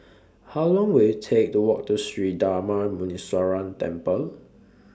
How Long Will IT Take to Walk to Sri Darma Muneeswaran Temple